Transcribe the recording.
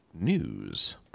news